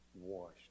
washed